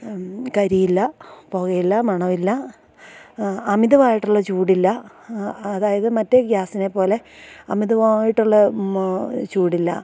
കരിയില്ല പുകയില്ല മണവില്ല അമിതവായിട്ടുള്ള ചൂടില്ല അതായത് മറ്റേ ഗ്യാസിനെപ്പോലെ അമിതവായിട്ടുള്ള ചൂടില്ല